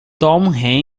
tom